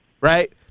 right